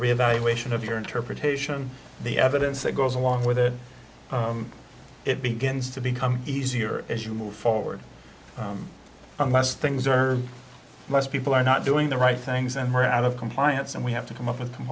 reevaluation of your interpretation the evidence that goes along with it it begins to become easier as you move forward unless things are less people are not doing the right things and we're out of compliance and we have to come up with